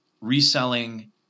reselling